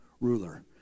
ruler